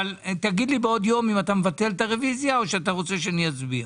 אבל תגיד לי בעוד יום אם אתה מבטל את הרביזיה או אתה רוצה שנערוך הצבעה.